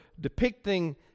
depicting